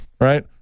Right